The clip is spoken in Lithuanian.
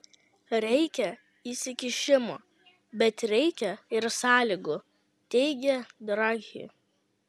reikia įsikišimo bet reikia ir sąlygų teigė draghi